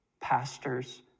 pastors